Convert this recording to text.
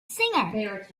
singer